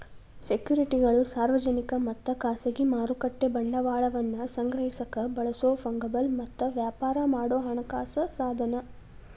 ಸೆಕ್ಯುರಿಟಿಗಳು ಸಾರ್ವಜನಿಕ ಮತ್ತ ಖಾಸಗಿ ಮಾರುಕಟ್ಟೆ ಬಂಡವಾಳವನ್ನ ಸಂಗ್ರಹಿಸಕ ಬಳಸೊ ಫಂಗಬಲ್ ಮತ್ತ ವ್ಯಾಪಾರ ಮಾಡೊ ಹಣಕಾಸ ಸಾಧನ